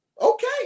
okay